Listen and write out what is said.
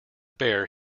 bear